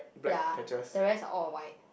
ya the rest are all white